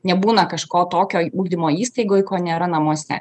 nebūna kažko tokio ugdymo įstaigoj ko nėra namuose